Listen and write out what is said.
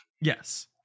Yes